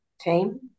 team